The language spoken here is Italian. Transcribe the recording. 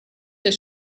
del